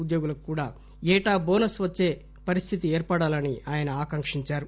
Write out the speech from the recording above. ఉద్యోగులకు కూడా ఏటా బోనస్ వచ్చే స్దితి ఏర్పడాలని ఆయన ఆకాంక్షించారు